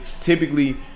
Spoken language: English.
typically